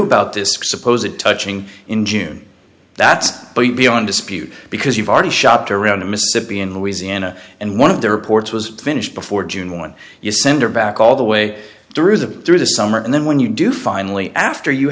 about this suppose it touching in june that's beyond dispute because you've already shopped around in mississippi in louisiana and one of the reports was finished before june when you send her back all the way through the through the summer and then when you do finally after you